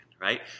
right